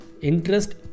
Interest